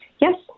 Yes